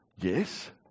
yes